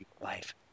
life